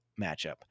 matchup